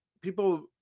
people